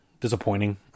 disappointing